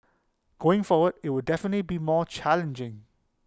going forward IT will definite be more challenging